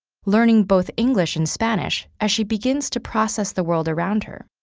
learning both english and spanish as she begins to process the world around her.